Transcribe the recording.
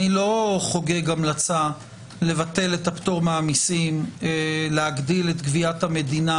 אני לא חוגג המלצה לבטל את הפטור מהמסים ולהגדיל את גביית המדינה